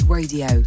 Radio